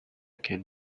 can